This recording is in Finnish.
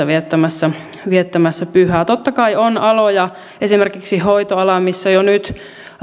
viettämässä viettämässä pyhää totta kai on aloja esimerkiksi hoitoala missä jo nyt